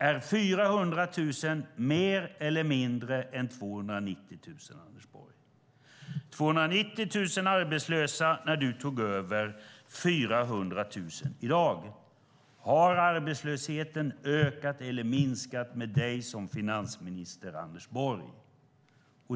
Är 400 000 mer eller mindre än 290 000? Det var 290 000 arbetslösa när du tog över, i dag är det 400 000. Har arbetslösheten ökat eller minskat med dig som finansminister, Anders Borg?